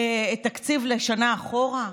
תקציב לשנה אחורה?